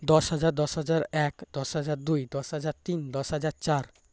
দশ হাজার দশ হাজার এক দশ হাজার দুই দশ হাজার তিন দশ হাজার চার